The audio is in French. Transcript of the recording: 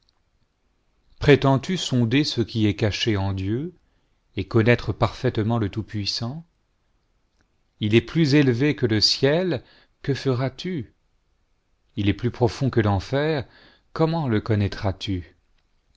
prétends-tu sonder ce qui est caché en dieu et connaître parfaitement le tout-puissant il est plus élevé que le ciel que feras-tu il est plus profond que l'enfer comment le connaîtras-tu